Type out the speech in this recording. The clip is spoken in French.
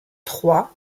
trois